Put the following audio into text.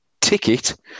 ticket